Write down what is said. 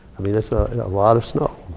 i mean it's a lot of snow.